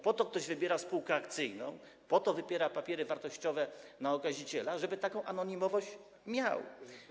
Po to ktoś wybiera spółkę akcyjną, po to wybiera papiery wartościowe na okaziciela, żeby taką anonimowość mieć.